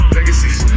Legacies